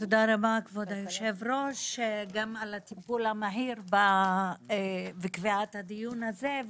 תודה רבה כבוד היושב-ראש גם על הטיפול המהיר וקביעת הדיון הזה.